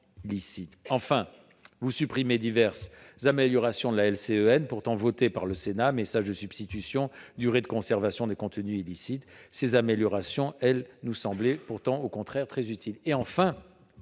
outre, vous supprimez diverses améliorations de la LCEN, pourtant adoptées par le Sénat- message de substitution, durée de conservation des contenus illicites -, qui nous semblaient au contraire très utiles.